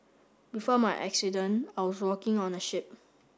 before my accident I was working on a ship